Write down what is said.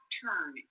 turn